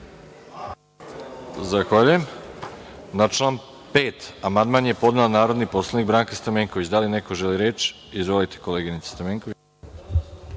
Zahvaljujem, Na član 5. amandman je podnela narodni poslanik Branka Stamenković. Da li neko želi reč? Izvolite, koleginice Stamenković.